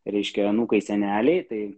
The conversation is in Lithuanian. reiškia anūkai seneliai tai